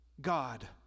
God